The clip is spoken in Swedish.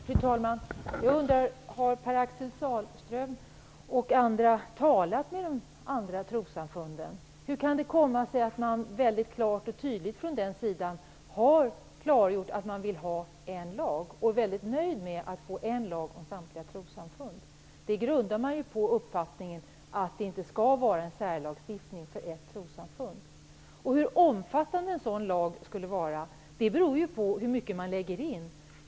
Fru talman! Jag undrar om Pär-Axel Sahlström och andra har talat med de andra trossamfunden. Hur kan det komma sig att man väldigt klart och tydligt från den sidan har klargjort att man vill ha en lag och är väldigt nöjd med att få en lag för samtliga trossamfund? Det grundar man på uppfattningen att det inte skall finnas en särlagstiftning för ett trossamfund. Hur omfattande en sådan lag skulle vara beror på hur mycket man lägger in.